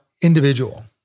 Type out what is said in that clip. individual